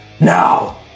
now